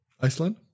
Iceland